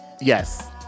Yes